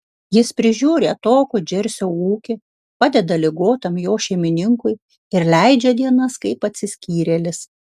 jis prižiūri atokų džersio ūkį padeda ligotam jo šeimininkui ir leidžia dienas kaip atsiskyrėlis